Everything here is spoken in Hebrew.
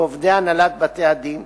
ועובדי הנהלת בתי-הדין